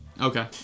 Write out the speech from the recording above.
Okay